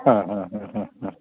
ആ ഹാ ഹാ ആ ആ